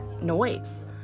noise